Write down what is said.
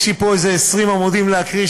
יש לי פה איזה 20 עמודים להקריא,